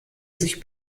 sich